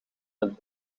het